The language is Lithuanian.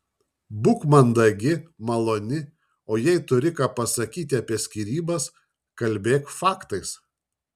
būk mandagi maloni o jei turi ką pasakyti apie skyrybas kalbėk faktais